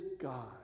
God